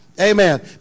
amen